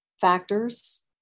factors